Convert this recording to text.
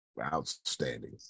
Outstanding